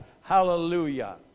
hallelujah